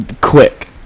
Quick